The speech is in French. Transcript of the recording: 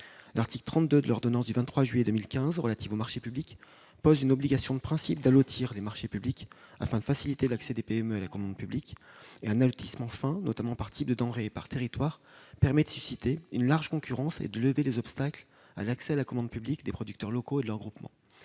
L'article 32 de l'ordonnance du 23 juillet 2015 relative aux marchés publics pose une obligation de principe d'allotir les marchés publics afin de faciliter l'accès des PME à la commande publique. Un allotissement fin, notamment par type de denrée et par territoire, permet de susciter une large concurrence et de lever les obstacles à l'accès à la commande publique des producteurs locaux et de leurs groupements.